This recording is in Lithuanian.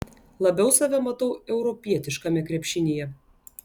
labiau save matau europietiškame krepšinyje